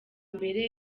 mbere